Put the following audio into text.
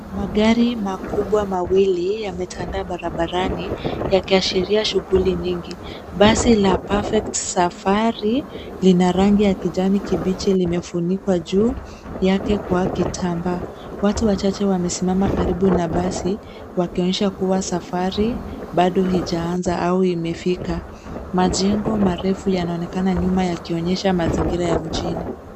Magari makubwa mawili yametandaa barabarani yakiashiria shughuli mingi. Basi la perfect safari lina rangi ya kijani kibichi limefunikwa juu yake kwa kitambaa. Watu wachache wamesimama karibu na basi wakionyesha kua safari bado ijaanza au imefika. Majengo marefu yanaonekana nyuma yakionyesha mazingira ya mjini.